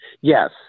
Yes